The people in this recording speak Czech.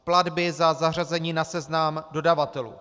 Platby za zařazení na seznam dodavatelů.